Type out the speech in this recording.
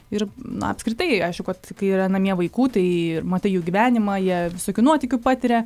ir apskritai aišku kad kai yra namie vaikų tai ir matai jų gyvenimą jie visokių nuotykių patiria